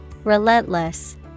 Relentless